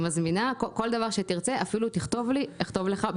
כל דבר שתרצה, אפילו תכתוב לי, אכתוב לך.